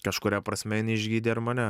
kažkuria prasme jinai išgydė ir mane